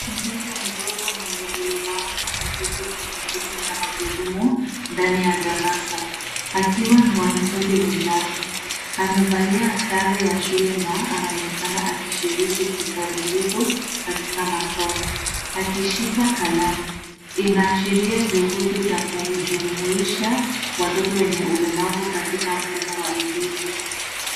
Mtoto mdogo mwenye ulemavu ameketi kwenye kiti cha magurudumu ndani ya darasa, akiwa na wanafunzi wenzake. Amevalia sare ya shule na anaonekana akishiriki kikamilifu katika masomo, akishika kalamu. Inaashiria juhudi za kujumuisha watoto wenye ulemavu katika mfumo wa elimu.